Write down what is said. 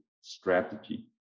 strategy